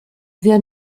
wir